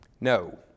No